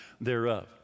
thereof